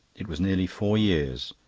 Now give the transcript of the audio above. it was nearly four years.